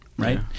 Right